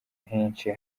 henshi